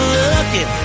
looking